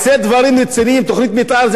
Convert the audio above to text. תוכנית מיתאר זה הדבר הכי חשוב.